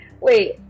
Wait